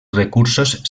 recursos